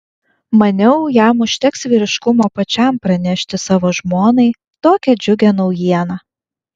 maniau jam užteks vyriškumo pačiam pranešti savo žmonai tokią džiugią naujieną